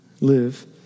Live